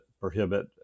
prohibit